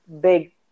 big